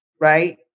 right